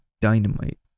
Dynamite